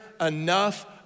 enough